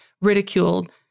ridiculed